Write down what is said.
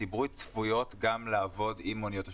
הציבורית צפויות גם לעבוד עם מוניות השירות.